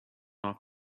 off